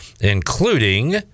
including